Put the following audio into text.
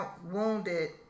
wounded